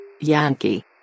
Yankee